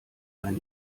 ein